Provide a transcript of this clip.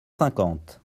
cinquante